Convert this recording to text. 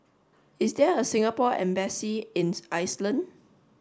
is there a Singapore embassy in Iceland